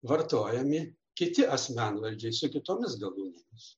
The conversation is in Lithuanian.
vartojami kiti asmenvardžiai su kitomis galūnėmis